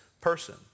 person